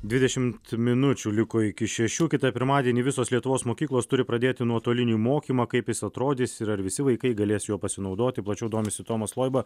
dvidešimt minučių liko iki šešių kitą pirmadienį visos lietuvos mokyklos turi pradėti nuotolinį mokymą kaip jis atrodys ir ar visi vaikai galės juo pasinaudoti plačiau domisi tomas loiba